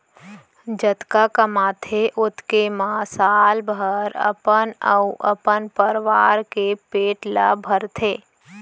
जतका कमाथे ओतके म साल भर अपन अउ अपन परवार के पेट ल भरथे